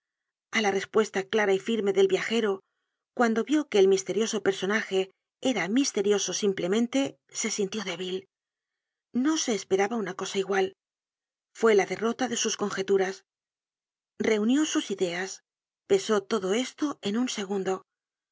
á la respuesta clara y firme del viajero cuando vió que el misterioso personaje era misterioso simplemente se sintió débil no se esperaba una cosa igual fue la derrota de sus congeturas reunió sus ideas pesó todo esto en un segundo